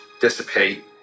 dissipate